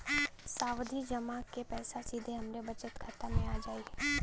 सावधि जमा क पैसा सीधे हमरे बचत खाता मे आ जाई?